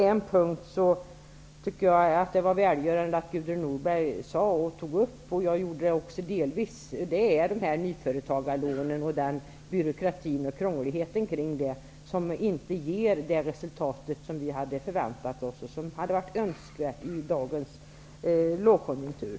En punkt tycker jag att det var välgörande att Gudrun Norberg tog upp, jag gjorde det också delvis, och det är byråkratin och krångligheten kring nyföretagarlånen, vilket inte ger det resultat som vi hade förväntat oss och som hade varit önskvärt i dagens lågkonjunktur.